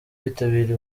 bitabira